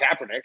Kaepernick